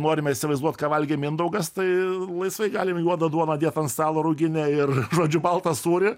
norime įsivaizduot ką valgė mindaugas tai laisvai galim juodą duoną dėt ant stalo ruginę ir žodžiu baltą sūrį